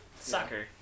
Soccer